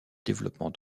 développement